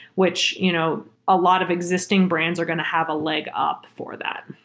which you know a lot of existing brands are going to have a leg up for that.